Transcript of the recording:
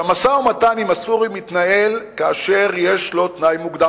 שהמשא-ומתן עם הסורים מתנהל כאשר יש לו תנאי מוקדם.